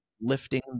lifting